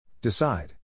Decide